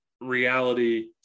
reality